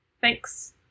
Thanks